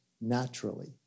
naturally